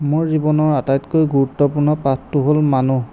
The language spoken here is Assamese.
মোৰ জীৱনৰ আটাইতকৈ গুৰুত্বপূৰ্ণ পাঠটো হ'ল মানুহ